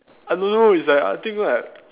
I don't know it's like I think like